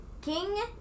King